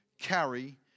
carry